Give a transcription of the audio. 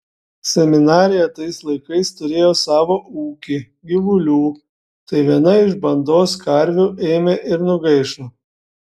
seminarija tais laikais turėjo savo ūkį gyvulių tai viena iš bandos karvių ėmė ir nugaišo